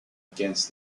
against